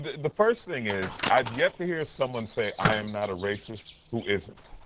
the first thing is, i have yet to hear someone say i am not a racist who isn't.